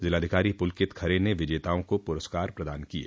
ज़िलाधिकारी पुलकित खरे ने विजेताओं को पुरस्कार प्रदान किये